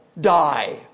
die